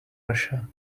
russia